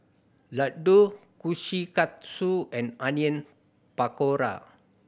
Ladoo Kushikatsu and Onion Pakora